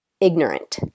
ignorant